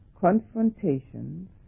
confrontations